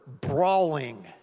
brawling